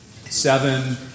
seven